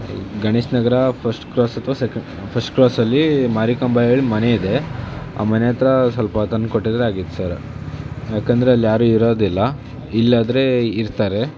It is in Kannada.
ಗಣೇಶ ನಗರ ಫಸ್ಟ್ ಕ್ರಾಸ್ ಅಥವಾ ಸೆಕೆ ಫಸ್ಟ್ ಕ್ರಾಸಲ್ಲಿ ಮಾರಿಕಾಂಬ ಹೇಳಿ ಮನೆ ಇದೆ ಆ ಮನೆ ಹತ್ತಿರ ಸ್ವಲ್ಪ ತಂದುಕೊಟ್ಟಿದ್ರೆ ಆಗಿತ್ತು ಸರ ಯಾಕಂದರೆ ಅಲ್ಲಿ ಯಾರೂ ಇರೋದಿಲ್ಲ ಇಲ್ಲಾದರೆ ಇರ್ತಾರೆ